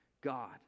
God